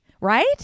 Right